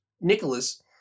Nicholas